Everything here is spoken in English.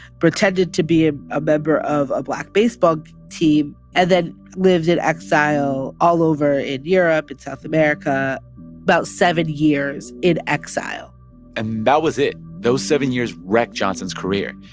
pretended to be ah a member of a black baseball team and then lived in exile all over in europe and south america about seven years in exile and that was it. those seven years wrecked johnson's career.